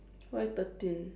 why thirteen